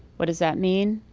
what does that mean?